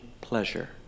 pleasure